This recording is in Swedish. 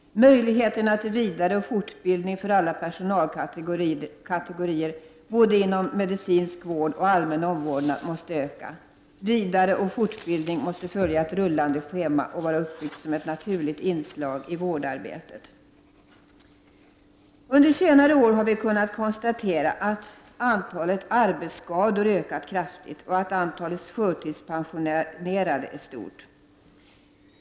Möjligheterna till vidareoch fortbildning för alla personalkategorier inom både medicinsk vård och allmän omvårdnad måste öka. Vidareoch fortbildning måste följa ett rullande schema och vara uppbyggd som ett naturligt inslag i vårdarbetet. Under senare år har vi kunnat konstatera att antalet arbetsskador ökat kraftigt och att antalet förtidspensionerade är stort.